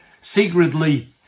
secretly